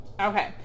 Okay